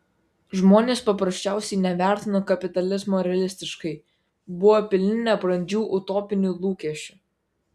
žmonės paprasčiausiai nevertino kapitalizmo realistiškai buvo pilni nebrandžių utopinių lūkesčių